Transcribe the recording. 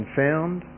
found